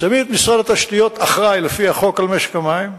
שמים את משרד התשתיות אחראי, לפי החוק, למשק המים,